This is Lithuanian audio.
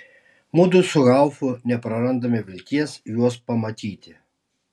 mudu su haufu neprarandame vilties juos pamatyti